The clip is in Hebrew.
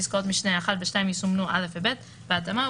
פסקאות משנה (1) ו-(2) יסומנו "(א)" ו-"(ב)" בהתאמה,